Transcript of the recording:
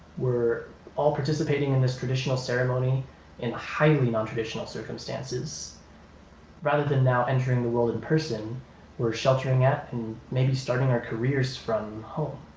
we're all participating in this traditional ceremony and highly non-traditional circumstances rather than now entering the world in person we're sheltering at and maybe starting our careers from home